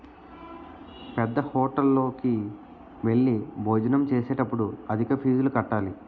పేద్దహోటల్లోకి వెళ్లి భోజనం చేసేటప్పుడు అధిక ఫీజులు కట్టాలి